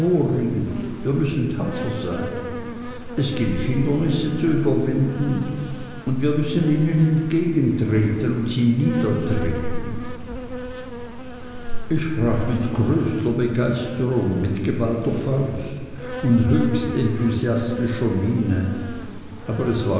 wir müssen tapfer sein es gilt hindernisse zu überwinden und wir müssen ihnen entgegentreten und sie niedertreten ich sprach mit größter begeisterung mit geballter faust und höchst enthusiastischer miene aber es war